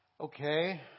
Okay